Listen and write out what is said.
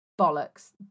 bollocks